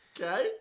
okay